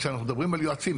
כשאנחנו מדברים על יועצים,